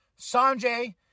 Sanjay